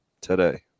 today